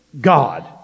God